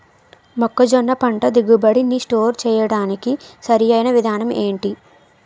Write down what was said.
మొక్కజొన్న పంట దిగుబడి నీ స్టోర్ చేయడానికి సరియైన విధానం ఎంటి?